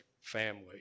family